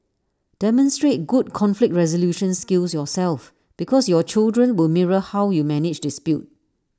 demonstrate good conflict resolution skills yourself because your children will mirror how you manage dispute